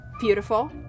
Beautiful